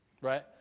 Right